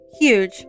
huge